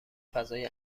فضای